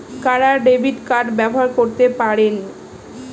কারা debit card ব্যবহার করতে পারেন?